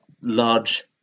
large